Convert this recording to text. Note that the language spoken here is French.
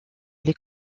les